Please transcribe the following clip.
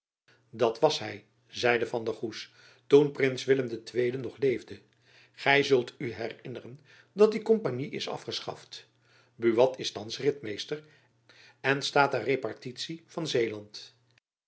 dat was hy zeide van der goes toen prins willem ii nog leefde gy zult u herinneren dat die kompagnie is afgeschaft buat is thands ritmeester en staat ter repartitie van zeeland